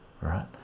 right